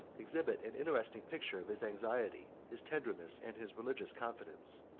exhibit an interesting picture of his anxiety, his tenderness, and his religious confidence.